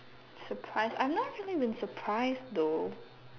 surprise I've not really been surprised though